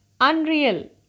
unreal